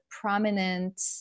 prominent